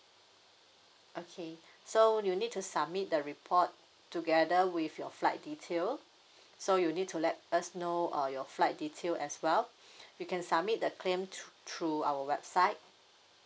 okay so you need to submit the report together with your flight detail so you need to let us know err your flight detail as well you can submit the claim thr~ through our website